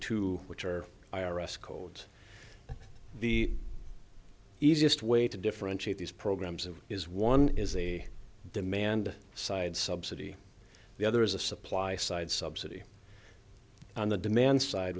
two which are i r s codes the easiest way to differentiate these programs of is one is a demand side subsidy the other is a supply side subsidy on the demand side